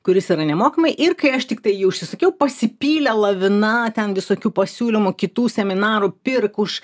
kuris yra nemokamai ir kai aš tiktai jį užsisakiau pasipylė lavina ten visokių pasiūlymų kitų seminarų pirk už